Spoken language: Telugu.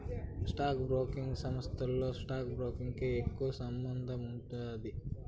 స్టాక్ బ్రోకింగ్ సంస్థతో స్టాక్ బ్రోకర్లకి ఎక్కువ సంబందముండాది